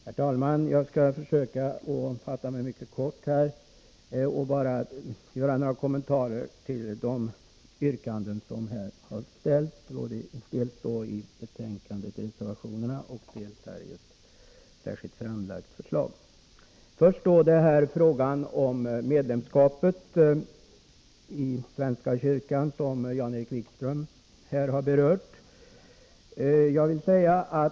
Herr talman! Jag skall försöka fatta mig mycket kort och bara göra några kommentarer till de yrkanden som har ställts, dels i reservationerna i betänkandet, dels i ett under överläggningen särskilt framlagt förslag. Först till frågan om medlemskapet i svenska kyrkan, som Jan-Erik Wikström här har berört.